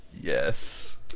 Yes